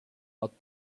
out